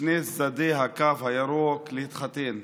משני צידי הקו הירוק להתחתן.